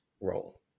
role